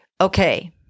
Okay